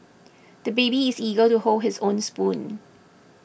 the baby is eager to hold his own spoon